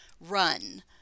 run